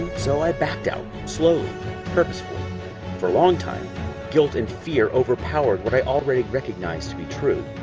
so i backed out slowly purposefully for long time guilt and fear overpowered what i already recognize to be true,